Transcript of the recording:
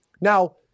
Now